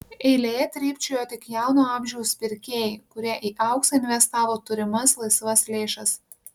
eilėje trypčiojo tik jauno amžiaus pirkėjai kurie į auksą investavo turimas laisvas lėšas